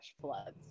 floods